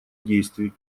действий